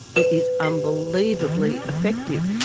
it is unbelievably effective.